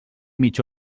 mitja